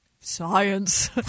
Science